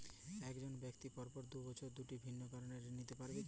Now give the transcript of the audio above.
এক জন ব্যক্তি পরপর দুবার দুটি ভিন্ন কারণে ঋণ নিতে পারে কী?